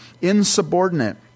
insubordinate